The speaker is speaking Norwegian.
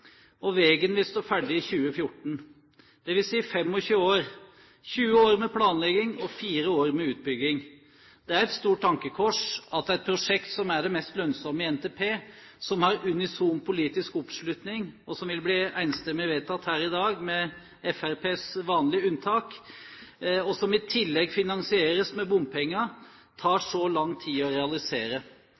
og veien vil stå ferdig i 2014. Det vil si 25 år – 20 år med planlegging og 4 år med utbygging. Det er et stort tankekors at et prosjekt som er det mest lønnsomme i NTP, som har unison politisk oppslutning, og som vil bli enstemmig vedtatt her i dag – med Fremskrittspartiets vanlige unntak – og som i tillegg finansieres med bompenger, tar så lang tid å realisere.